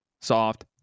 soft